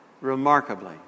remarkably